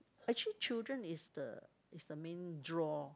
actually children is the is the main draw